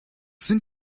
sind